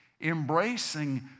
embracing